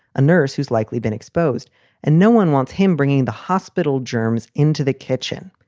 a nurse who's likely been exposed and no one wants him bringing the hospital germs into the kitchen.